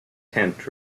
tent